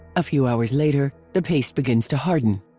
a few hours later, the paste begins to harden.